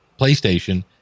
PlayStation